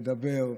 לדבר,